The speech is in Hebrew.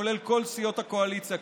כולל כל סיעות הקואליציה,